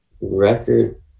record